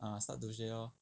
ah start to 学 lor